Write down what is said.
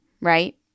right